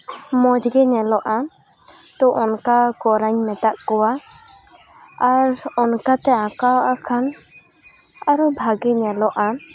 ᱢᱚᱡᱽᱜᱮ ᱧᱮᱞᱚᱜᱼᱟ ᱛᱳ ᱚᱱᱠᱟ ᱠᱚᱨᱟᱣ ᱤᱧ ᱢᱮᱛᱟᱫ ᱠᱚᱣᱟ ᱟᱨ ᱚᱱᱠᱟᱛᱮ ᱟᱸᱠᱷᱟᱣ ᱟᱸᱜᱼᱠᱷᱟᱱ ᱟᱨᱦᱚᱸ ᱵᱷᱟᱹᱜᱤ ᱧᱮᱞᱚᱜᱼᱟ